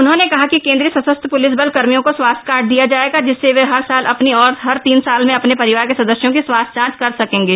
उन्होंने कहा कि केन्द्रीय सशस्त्र पूलिस बल कर्मियों को स्वास्थ्य कार्ड दिया जायेगा जिससे वे हर साल अपनी और हर तीन साल में अपने परिवार के सदस्यों की स्वास्थ्य जांच कर सकेंगे